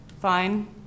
fine